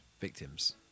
victims